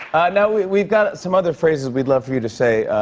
and we've we've got some other phrases we'd love for you to say,